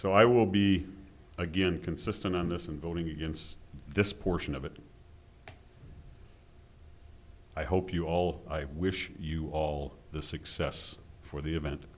so i will be again consistent on this and voting against this portion of it i hope you all i wish you all the success for the event